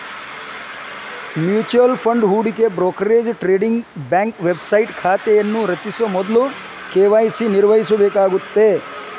mutual fund ಹೂಡಿಕೆ brokerage trading bank website ಖಾತೆಯನ್ನ ರಚಿಸ ಮೊದ್ಲ ಕೆ.ವಾಯ್.ಸಿ ನಿರ್ವಹಿಸಬೇಕಾಗತ್ತ